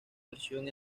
versión